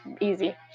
easy